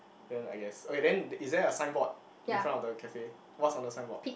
then I guess okay then is there a signboard in front of the cafe what's on the signboard